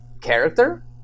character